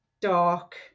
dark